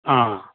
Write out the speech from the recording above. ꯑꯥ